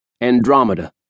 Andromeda